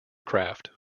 craft